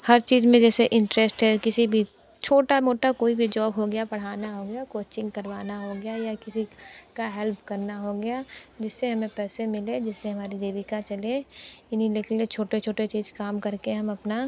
हर चीज़ में जैसे इन्ट्रेस्ट है किसी भी छोटा मोटा कोई भी जॉब हो गया पढ़ाना हो गया कोचिंग करवाना हो गया या किसी का हेल्प करना हो गया जिससे हमें पैसे मिले जिससे हमारी जीविका चले इन्ही के लिए छोटे छोटे जैसे काम करके हम अपना